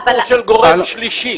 גורם שלישי.